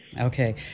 okay